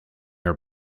her